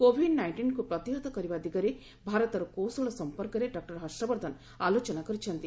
Covid ନାଇଷ୍ଟିନକୁ ପ୍ରତିହତ କରିବା ଦିଗରେ ଭାରତର କୌଶଳ ସମ୍ପର୍କରେ ଡକୁର ବର୍ଦ୍ଧନ ଆଲୋଚନା କରିଛନ୍ତି